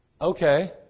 Okay